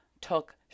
took